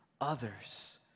others